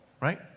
right